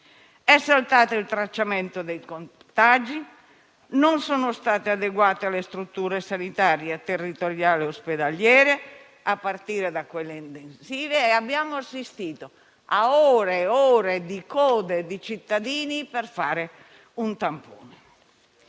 È saltato il tracciamento dei contagi, non sono state adeguate le strutture sanitarie territoriali e ospedaliere, a partire da quelle intensive, e abbiamo assistito a ore e ore di code di cittadini per fare un tampone.